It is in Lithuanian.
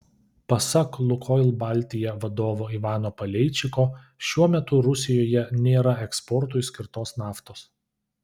pasak lukoil baltija vadovo ivano paleičiko šiuo metu rusijoje nėra eksportui skirtos naftos